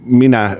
minä